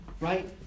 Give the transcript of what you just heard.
Right